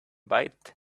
bite